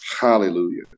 Hallelujah